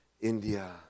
India